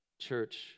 church